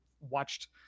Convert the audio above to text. watched